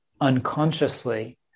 unconsciously